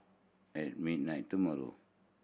at midnight tomorrow